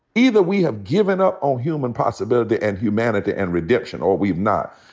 either we have given up on human possibility and humanity and redemption or we've not.